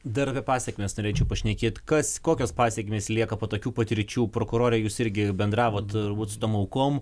dar apie pasekmes norėčiau pašnekėt kas kokios pasekmės lieka po tokių patirčių prokurorai jūs irgi bendravot turbūt su tom aukom